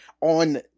on